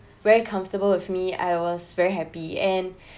very comfortable with me I was very happy and